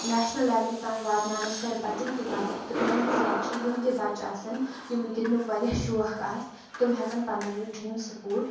national لیولہِ تانۍ واتناونَس کَرِ بَچَن تہِ مدد تہِ میانہِ حسابہِ چھِ یِم تہِ بَچہِ آسَن یِمن گِندنُک واریاہ شوق آسہِ تِم ہیکَن پَنُن یہِ ڈریٖم سَپوٹ